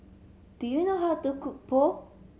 do you know how to cook Pho